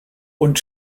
und